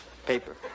paper